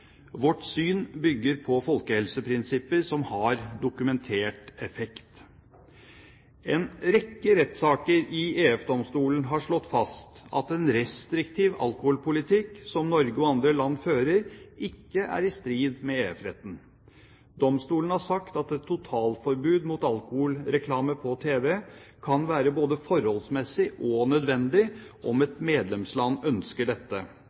Vårt syn bygger på folkehelseprinsipper som har dokumentert effekt. En rekke rettssaker i EF-domstolen har slått fast at en restriktiv alkoholpolitikk, som Norge og andre land fører, ikke er i strid med EF-retten. Domstolen har sagt at et totalforbud mot alkoholreklame på tv kan være både forholdsmessig og nødvendig om et medlemsland ønsker dette.